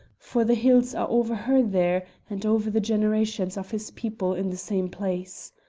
for the hills are over her there and over the generations of his people in the same place.